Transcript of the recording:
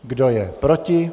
Kdo je proti?